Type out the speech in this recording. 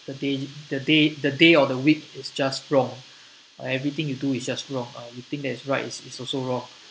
the day the day the day or the week is just wrong uh everything you do is just wrong uh the thing that is right is also wrong